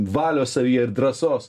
valios savyje ir drąsos